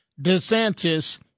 DeSantis